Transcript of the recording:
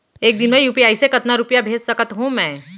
एक दिन म यू.पी.आई से कतना रुपिया भेज सकत हो मैं?